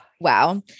Wow